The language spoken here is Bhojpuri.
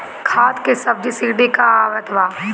खाद के सबसिडी क हा आवत बा?